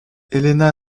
helena